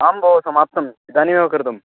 आं भो समाप्तम् इदानीमेव कृतम्